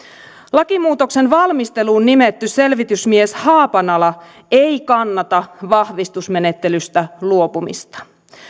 lakimuutoksen valmisteluun nimetty selvitysmies haapanala ei kannata vahvistusmenettelystä luopumista